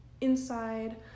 inside